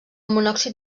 monòxid